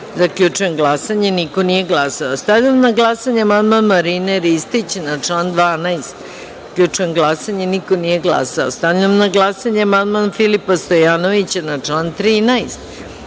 11.Zaključujem glasanje: niko nije glasao. Stavljam na glasanje amandman Marine Ristić na član 12.Zaključujem glasanje: niko nije glasao. Stavljam na glasanje amandman Filipa Stojanovića na član